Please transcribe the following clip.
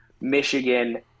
Michigan